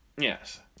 Yes